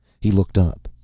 he looked up.